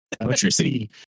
electricity